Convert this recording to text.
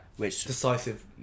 Decisive